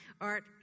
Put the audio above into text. art